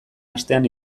astean